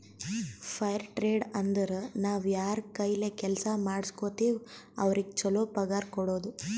fire trade ಅಂದುರ್ ನಾವ್ ಯಾರ್ ಕೈಲೆ ಕೆಲ್ಸಾ ಮಾಡುಸ್ಗೋತಿವ್ ಅವ್ರಿಗ ಛಲೋ ಪಗಾರ್ ಕೊಡೋದು